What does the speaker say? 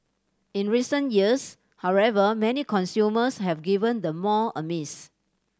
in recent years however many consumers have given the mall a miss